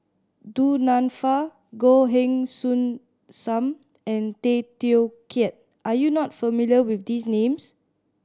Du Nanfa Goh Heng Soon Sam and Tay Teow Kiat are you not familiar with these names